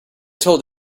told